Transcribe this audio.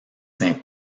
saint